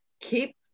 keep